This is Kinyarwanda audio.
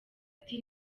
ati